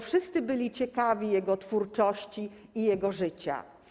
Wszyscy byli ciekawi jego twórczości i jego życia.